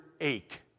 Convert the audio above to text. ache